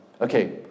Okay